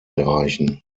erreichen